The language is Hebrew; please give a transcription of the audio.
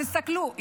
תסתכלו,